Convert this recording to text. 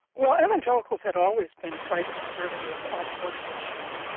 well evangelicals had always been quite conservative on social issues,